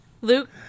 Luke